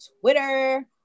Twitter